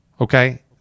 okay